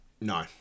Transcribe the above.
no